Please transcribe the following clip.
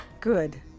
Good